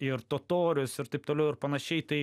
ir totorius ir taip toliau ir panašiai tai